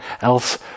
else